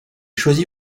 choisi